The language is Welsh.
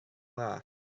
dda